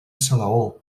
salaó